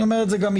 אני אומר את זה גם,